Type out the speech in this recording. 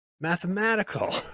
mathematical